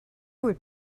would